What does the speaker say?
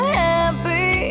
happy